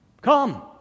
Come